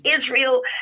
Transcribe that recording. Israel